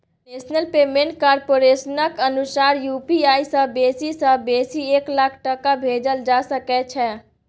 national payment कारपोरेशनक अनुसार UPI सँ बेसी सँ बेसी एक लाख टका भेजल जा सकै छै